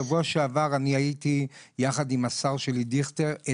בשבוע שעבר הייתי יחד עם השר שלי דיכטר,